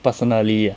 personally